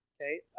Okay